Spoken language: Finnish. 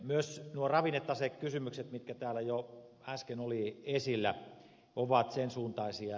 myös nuo ravinnetasekysymykset mitkä täällä jo äsken olivat esillä ovat sen suuntaisia